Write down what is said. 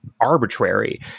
arbitrary